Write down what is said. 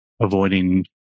Avoiding